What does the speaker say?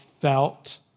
felt